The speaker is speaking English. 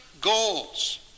goals